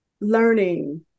learning